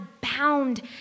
bound